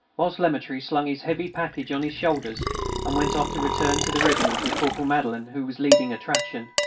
whilst lemaitre slung his heavy package on his shoulders and went off to return to the regiment with corporal madelaine, who was leading attraction,